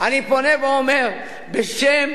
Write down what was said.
אני פונה ואומר, בשם